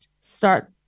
Start